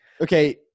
okay